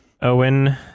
Owen